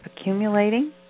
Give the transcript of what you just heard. accumulating